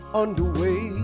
underway